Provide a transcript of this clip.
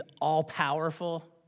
all-powerful